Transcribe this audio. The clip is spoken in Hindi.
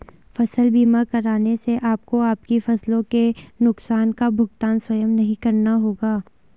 फसल बीमा कराने से आपको आपकी फसलों के नुकसान का भुगतान स्वयं नहीं करना होगा